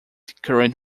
current